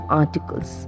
articles